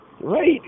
Right